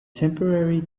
temporary